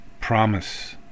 promise